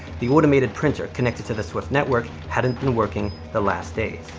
the automated printer connected to the swift network hadn't been working the last days.